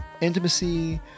intimacy